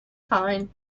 fine